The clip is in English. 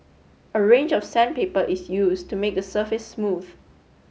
a range of sandpaper is used to make the surface smooth